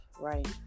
Right